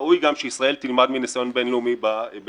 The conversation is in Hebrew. ראוי גם שישראל תלמד מניסיון בין-לאומי בהיבט הזה.